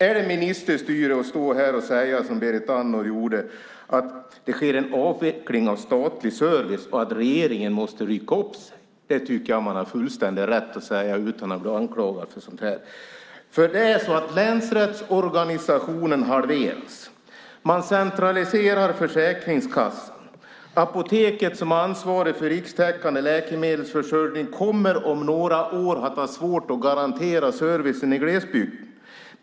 Är det ministerstyre att, som Berit Andnor gjorde, stå här och säga att det sker en avveckling av statlig service och att regeringen måste rycka upp sig? Det tycker jag att man har full rätt att säga utan att bli anklagad för att vara oseriös. Det är nämligen så att länsrättsorganisationen halveras. Man centraliserar Försäkringskassan. Apoteket, som har ansvaret för en rikstäckande läkemedelsförsörjning, kommer om några år att ha svårt att garantera servicen i glesbygd.